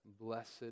blessed